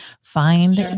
find